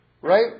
right